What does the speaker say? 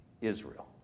Israel